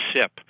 SIP